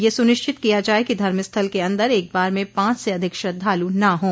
यह सुनिश्चित किया जाए कि धर्मस्थल के अन्दर एक बार में पांच से अधिक श्रद्वालु न हों